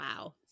Wow